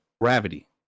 gravity